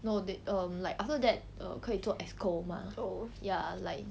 no they err like after that err 可以做 exco mah ya like